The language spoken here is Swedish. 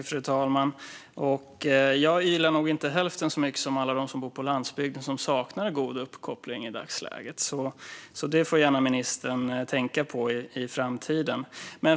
Fru talman! Jag ylar nog inte hälften så mycket som alla som bor på landsbygden och saknar god uppkoppling i dagsläget. Det får gärna ministern tänka på i framtiden.